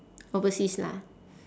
overseas lah